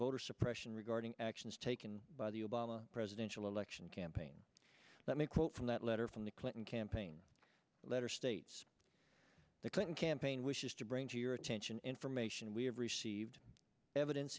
voter suppression regarding actions taken by the obama presidential election campaign let me quote from that letter from the clinton campaign letter states the clinton campaign wishes to bring to your attention information we have received evidenc